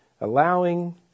allowing